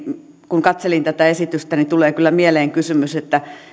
kun katselin tätä esitystä tulee kyllä mieleen kysymys että